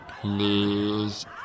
please